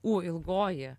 ū ilgoji